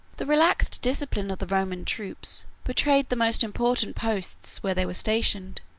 the relaxed discipline of the roman troops betrayed the most important posts, where they were stationed,